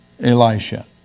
Elisha